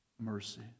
mercy